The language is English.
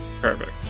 Perfect